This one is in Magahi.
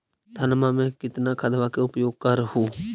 धानमा मे कितना खदबा के उपयोग कर हू?